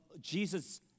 Jesus